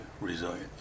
resilient